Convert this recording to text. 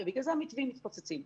ובגלל זה המתווים מתפוצצים.